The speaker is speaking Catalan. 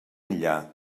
enllà